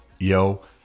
Yo